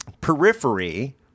periphery